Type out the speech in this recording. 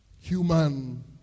Human